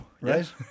right